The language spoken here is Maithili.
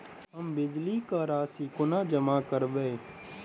हम बिजली कऽ राशि कोना जमा करबै?